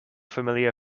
familiar